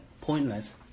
pointless